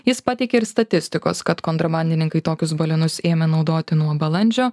jis pateikė ir statistikos kad kontrabandininkai tokius balionus ėmė naudoti nuo balandžio